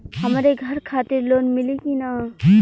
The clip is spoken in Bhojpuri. हमरे घर खातिर लोन मिली की ना?